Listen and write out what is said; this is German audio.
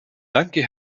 danke